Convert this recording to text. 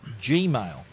Gmail